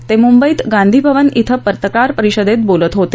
ते मुंबईत गांधीभवन इथं पत्रकार परिषदेत बोलत होते